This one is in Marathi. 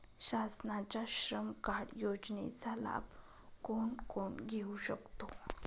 शासनाच्या श्रम कार्ड योजनेचा लाभ कोण कोण घेऊ शकतो?